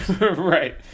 right